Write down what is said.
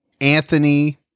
Anthony